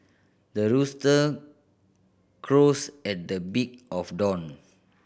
the rooster crows at the beak of dawn